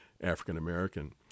African-American